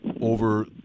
over